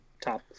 top